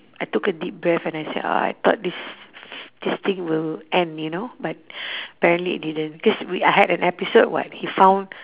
I took a deep breath and I said uh I thought this this thing will end you know but apparently it didn't cause we I had an episode [what] he found